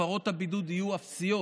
הפרות הבידוד יהיו אפסיות.